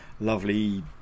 lovely